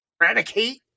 eradicate